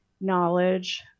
knowledge